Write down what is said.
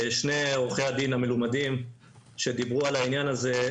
שני עורכי הדין המלומדים שדיברו על העניין הזה,